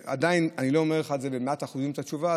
עדיין אני לא אומר לך במאת האחוזים את התשובה,